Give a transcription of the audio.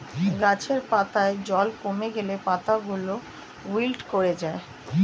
গাছের পাতায় জল কমে গেলে পাতাগুলো উইল্ট করে যায়